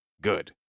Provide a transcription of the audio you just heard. Good